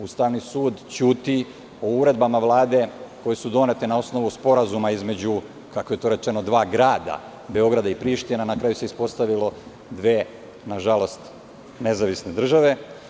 Ustavni sud ćuti o uredbama Vlade koje su donete na osnovu sporazuma, kako je to rečeno, između dva grada, Beograda i Prištine, a na kraju se ispostavilo dve, nažalost, nezavisne države.